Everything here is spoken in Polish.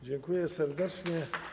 Dziękuję serdecznie.